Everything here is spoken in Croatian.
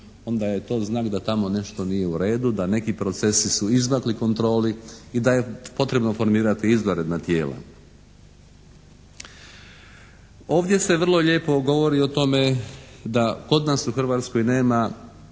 onda je to znak da tamo nešto nije u redu, da neki procesi su izmakli kontroli i da je potrebno formirati izvanredna tijela. Ovdje se vrlo lijepo govori o tome da kod nas u Hrvatskoj nema